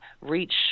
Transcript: reach